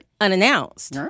unannounced